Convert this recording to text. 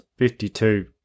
52